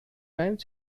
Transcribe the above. time